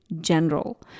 general